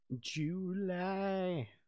July